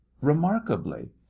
Remarkably